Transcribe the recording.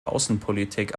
außenpolitik